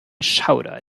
schauder